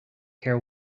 care